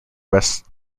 west